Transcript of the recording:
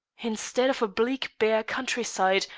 instead of a bleak bare country-side,